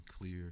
clear